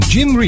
Jim